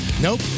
Nope